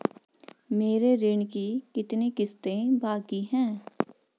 मेरे ऋण की कितनी किश्तें बाकी हैं?